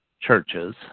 churches